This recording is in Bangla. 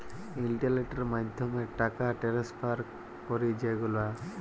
ইলটারলেটের মাধ্যমে টাকা টেনেসফার ক্যরি যে গুলা